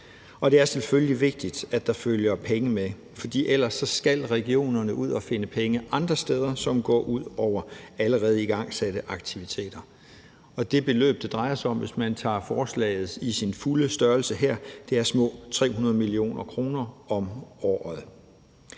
Det er selvfølgelig vigtigt, at der følger penge med, for ellers skal regionerne ud at finde penge andre steder, hvilket går ud over allerede igangsatte aktiviteter. Det beløb, det drejer sig om, hvis man tager forslaget i sin fulde størrelse her, er små 300 mio. kr. om året.